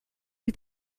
you